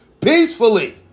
Peacefully